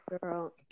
Girl